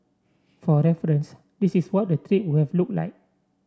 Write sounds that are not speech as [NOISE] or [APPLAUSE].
for reference this is what the [UNINTELLIGIBLE] we've look like